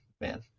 man